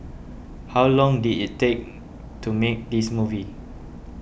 how long did it take to make this movie